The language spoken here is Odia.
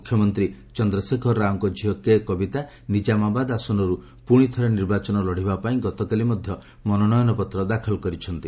ମୁଖ୍ୟମନ୍ତ୍ରୀ ଚନ୍ଦ୍ରଶେଖର ରାଓଙ୍କ ଝିଅ କେକବିତା ନିଜ୍ଞାମାବାଦ ଆସନରୁ ପୁଣିଥରେ ନିର୍ବାଚନ ଲଢ଼ିବା ପାଇଁ ଗତକାଲି ମଧ୍ୟ ମନୋନୟନପତ୍ର ଦାଖଲ କରିଛନ୍ତି